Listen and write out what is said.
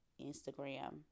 Instagram